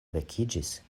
vekiĝis